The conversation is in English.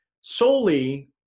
solely